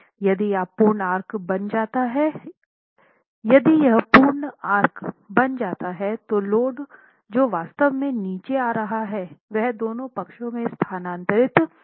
यदि यह पूर्ण आर्क बन जाता है तो लोड जो वास्तव में नीचे आ रहा है वह दोनों पक्षों में स्थानांतरित हो जायेगा